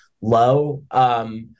low